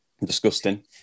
Disgusting